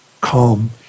calm